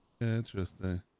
Interesting